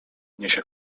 niesie